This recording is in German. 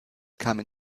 kamen